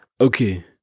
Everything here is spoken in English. okay